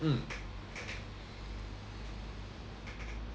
mm